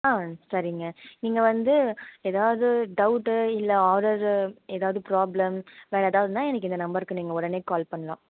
ஆ சரிங்க நீங்கள் வந்து ஏதாவது டவுட்டு இல்லை ஆர்டரு ஏதாவது ப்ராப்ளம் வேறு ஏதாவதுன்னா எனக்கு இந்த நம்பருக்கு நீங்கள் உடனே கால் பண்ணலாம்